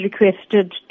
requested